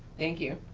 thank you.